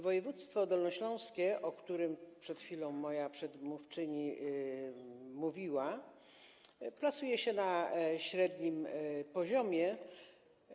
Województwo dolnośląskie, o którym przed chwilą mówiła moja przedmówczyni, plasuje się na średnim poziomie.